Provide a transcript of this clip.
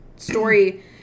Story